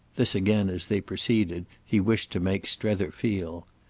this again as they proceeded, he wished to make strether feel.